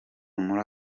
muri